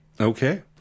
Okay